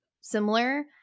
similar